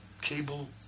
cable